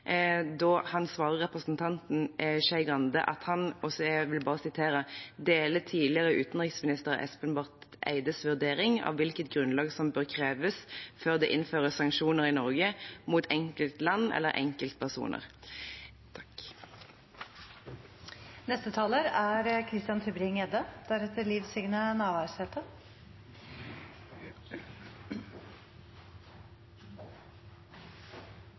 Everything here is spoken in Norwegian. representanten Skei Grande at han «deler tidligere utenriksminister Barth Eides vurdering av hvilket grunnlag som bør kreves før det innføres sanksjoner i Norge mot enkeltland eller enkeltpersoner». Sanksjoner er et langt sterkere virkemiddel enn kritikk, det er